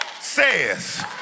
says